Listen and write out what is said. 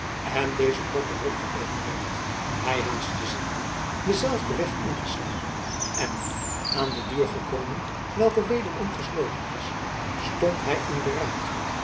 en deze kort daarop geöpend werd hy haastte zich nu denzelfden weg in te slaan en aan de deur gekomen welke wederom gesloten was stond hy in beraad